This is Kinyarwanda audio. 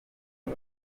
ari